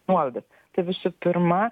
nuolaidas tai visų pirma